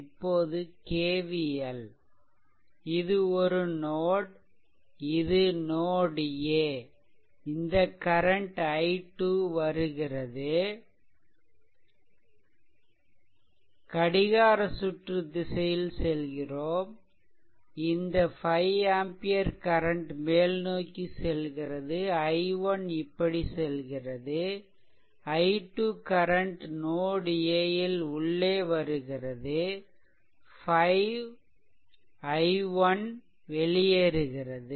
இப்போது KVL இது ஒரு நோட் இது நோட் A இந்த கரண்ட் i2 வருகிறது கடிகார சுற்று திசையில் செல்கிறோம் இந்த 5ஆம்பியர் கரண்ட் மேல்நோக்கி செல்கிறது i1 இப்படி செல்கிறது i2 கரண்ட் நோட் a ல் உள்ளே வருகிறது 5 i1 வெளியேறுகிறது